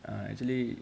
uh actually